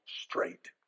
straight